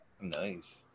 Nice